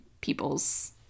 people's